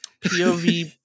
POV